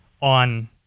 on